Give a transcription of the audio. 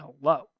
hello